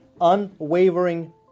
unwavering